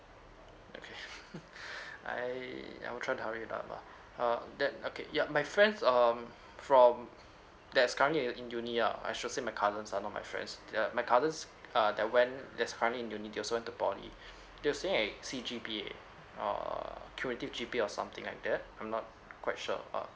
okay I I will try to hurry it up lah uh then okay yeah my friends um from that is currently in the in uni lah I should say my cousins ah not my friends the my cousins uh that went that's currently in uni~ also went to poly they were saying like C_G_P_A err curative G_P_A or something like that I'm not quite sure uh